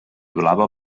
blava